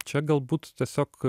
čia galbūt tiesiog